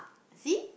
see